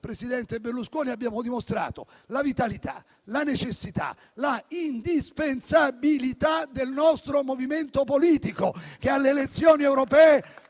presidente Berlusconi, abbia dimostrato la vitalità, la necessità e la indispensabilità del nostro movimento politico, che alle elezioni europee